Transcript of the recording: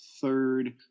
third